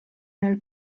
nel